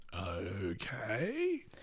Okay